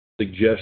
suggest